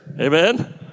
Amen